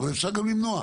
אבל אפשר גם למנוע.